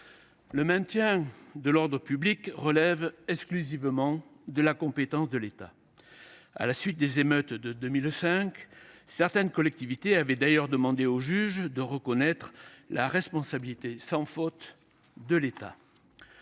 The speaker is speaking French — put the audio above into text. Le maintien de l’ordre public relève exclusivement de la compétence de l’État. À la suite des émeutes de 2005, certaines collectivités avaient d’ailleurs demandé au juge de reconnaître la responsabilité sans faute de l’État.